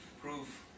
prove